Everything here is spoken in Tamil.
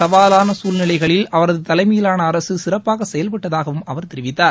சவாவாள சூழ்நிலைகளில் அவரது தலைமையிலான அரசு சிறப்பாக செயல்பட்டதாகவும் அவர் தெரிவித்தார்